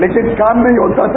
लेकिन काम नहीं होता था